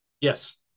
Yes